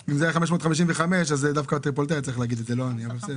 10%. נוסיף